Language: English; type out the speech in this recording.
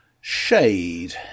Shade